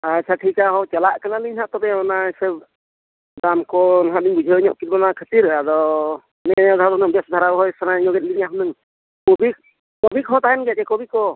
ᱟᱪᱪᱷᱟ ᱴᱷᱤᱠᱟ ᱪᱟᱞᱟᱜ ᱠᱟᱱᱟᱞᱤᱧ ᱛᱚᱵᱮ ᱚᱱᱟ ᱦᱤᱥᱟᱹᱵᱽ ᱫᱟᱢ ᱠᱚ ᱱᱟᱦᱟᱜ ᱞᱤᱧ ᱵᱩᱡᱷᱟᱹᱣ ᱧᱚᱜ ᱠᱮᱫᱟ ᱚᱱᱟ ᱠᱷᱟᱹᱛᱤᱨ ᱟᱫᱚ ᱱᱤᱭᱟᱹ ᱫᱷᱟᱶ ᱫᱚ ᱦᱩᱱᱟᱹᱜ ᱵᱮᱥ ᱫᱷᱟᱨᱟ ᱨᱚᱦᱚᱭ ᱥᱟᱱᱟᱭᱮᱫ ᱞᱤᱧᱟ ᱦᱩᱱᱟᱹᱝ ᱠᱚᱵᱷᱤ ᱠᱚᱵᱷᱤ ᱠᱚ ᱦᱚᱸ ᱛᱟᱦᱮᱱ ᱜᱮᱭᱟ ᱥᱮ ᱠᱚᱵᱷᱤ ᱠᱚ